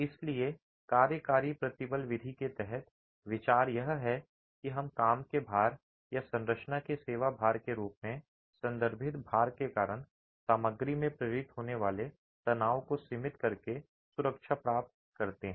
इसलिए कार्यकारी प्रतिबल विधि के तहत विचार यह है कि हम काम के भार या संरचना के सेवा भार के रूप में संदर्भित भार के कारण सामग्री में प्रेरित होने वाले तनाव को सीमित करके सुरक्षा प्राप्त करते हैं